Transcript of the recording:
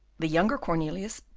the younger cornelius,